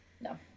No